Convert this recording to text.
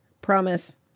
Promise